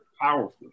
powerful